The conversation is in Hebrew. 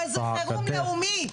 אבל זה חירום לאומי.